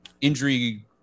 injury